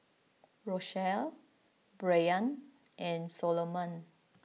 Rochelle Brayan and Soloman